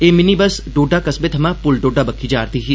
ए minibus Doda कस्बे थमा पुल डोडा बक्खी जा'रदी ही